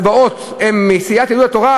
כי אם המציעים של ההצעות הם מסיעת יהדות התורה,